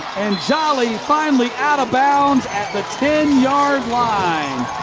and jolly finally out of bounds at the ten yard line.